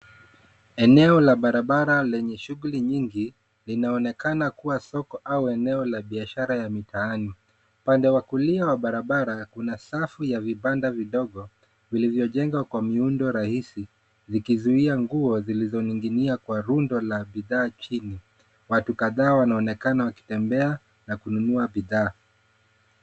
Eneo la barabara lenye shughuli nyingi, linaonekana kuwa soko au eneo la biashara ya mitaani. Upande wa kulia wa barabara, kuna safu ya vibanda vidogo, vilivyojenga kwa miundo rahisi, zikizuia nguo zilizoning'inia kwa rundo la bidhaa chini. Watu kadhaa wanaonekana wakitembea, na kununua bidhaa.